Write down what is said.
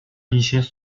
一些